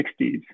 1960s